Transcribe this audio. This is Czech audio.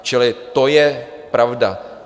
Čili to je pravda.